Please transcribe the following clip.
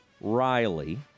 Riley